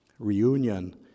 reunion